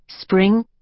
Spring